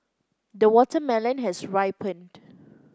the watermelon has ripened